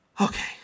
Okay